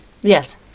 Yes